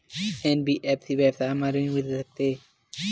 NBFC व्यवसाय मा ऋण मिल सकत हे